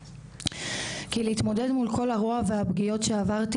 כי להתמודד מול כל הרוע והפגיעות שעברתי,